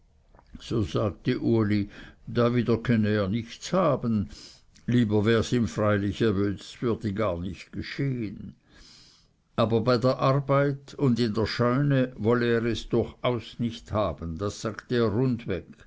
so sagte uli dawider könne er nichts haben lieber wärs ihm freilich es würde gar nicht geschehen aber bei der arbeit und in der scheune wolle er es durchaus nicht haben das sage er